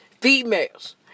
females